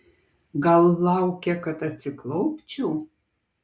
gal laukia kad atsiklaupčiau